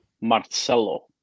Marcelo